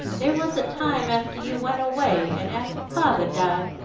there was a time after you went away, and after father died,